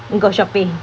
go shopping